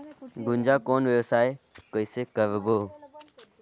गुनजा कौन व्यवसाय कइसे करबो?